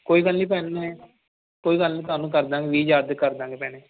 ਕੋਈ ਗੱਲ ਨਹੀਂ ਭੈਣੇ ਕੋਈ ਗੱਲ ਨਹੀਂ ਤੁਹਾਨੂੰ ਕਰ ਦਾਂਗੇ ਵੀਹ ਹਜ਼ਾਰ 'ਚ ਕਰ ਦਾਂਗੇ ਭੈਣੇ